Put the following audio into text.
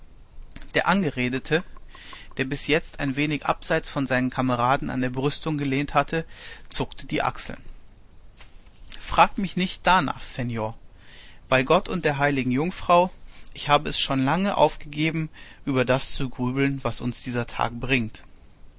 der angeredete der bis jetzt ein wenig abseits von seinen kameraden an der brüstung gelehnt hatte zuckte die achseln fragt mich nicht danach seor bei gott und der heiligen jungfrau ich hab es schon lange aufgegeben über das zu grübeln was uns dieser krieg bringt